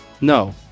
No